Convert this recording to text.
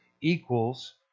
equals